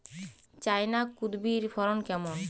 China কুঁদরীর ফলন কেমন?